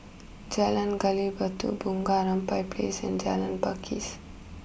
Jalan Gali Batu Bunga Rampai place and Jalan Pakis